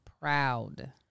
proud